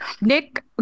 Nick